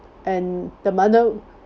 and the mother